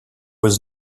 was